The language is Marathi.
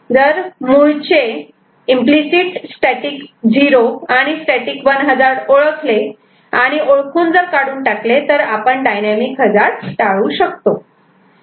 आणि जर मुळ चे इम्पलिसित स्टॅटिक 0 आणि स्टॅटिक 1 हजार्ड ओळखले आणि ओळखून जर काढून टाकले तर आपण डायनॅमिक हजार्ड टाळू शकतो